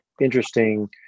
interesting